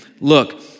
Look